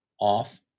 off